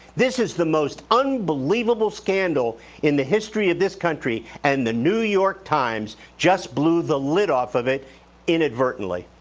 this is the most unbelievable scandal in the history of this country, and the new york times just blew the lid off of it inadvertently.